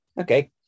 okay